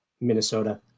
Minnesota